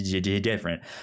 different